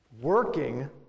Working